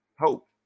hope